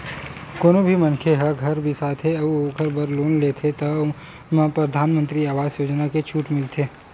कोनो भी मनखे ह घर बिसाथे अउ ओखर बर लोन लेथे तउन म परधानमंतरी आवास योजना के छूट मिलथे